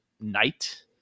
night